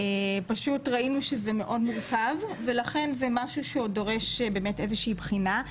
פשוט ראינו שזה מאוד מורכב ולכן זה משהו שדורש איזה שהיא בחינה.